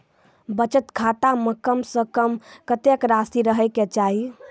बचत खाता म कम से कम कत्तेक रासि रहे के चाहि?